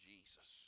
Jesus